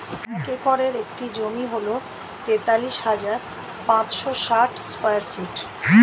এক একরের একটি জমি হল তেতাল্লিশ হাজার পাঁচশ ষাট স্কয়ার ফিট